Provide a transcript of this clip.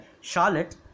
charlotte